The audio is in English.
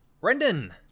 Brendan